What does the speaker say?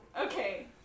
okay